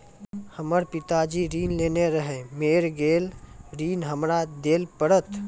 हमर पिताजी ऋण लेने रहे मेर गेल ऋण हमरा देल पड़त?